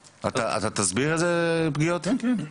זה תלוי בהרבה פקטורים, ולכן ההמלצה היא לא לשתות.